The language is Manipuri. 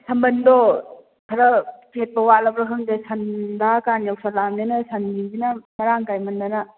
ꯑꯁ ꯁꯝꯕꯟꯗꯣ ꯈꯔ ꯆꯦꯠꯄ ꯋꯥꯠꯂꯕ꯭ꯔꯥ ꯈꯪꯗꯦ ꯁꯟꯅ ꯊꯥꯔꯛ ꯀꯥꯟ ꯌꯧꯁꯜꯂꯛꯑꯃꯤꯅ ꯁꯟꯁꯤꯡꯁꯤꯅ ꯃꯔꯥꯡ ꯀꯥꯏꯃꯟꯗꯅ